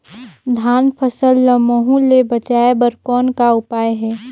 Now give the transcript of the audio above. धान फसल ल महू ले बचाय बर कौन का उपाय हे?